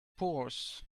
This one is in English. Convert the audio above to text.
pours